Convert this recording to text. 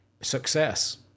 Success